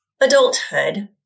adulthood